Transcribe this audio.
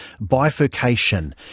bifurcation